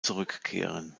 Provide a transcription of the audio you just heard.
zurückkehren